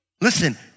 Listen